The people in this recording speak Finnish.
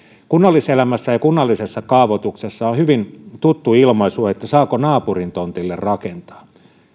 kunnalliselämässä ja kunnallisessa kaavoituksessa on hyvin tuttu ilmaisu että saako naapurin tontille rakentaa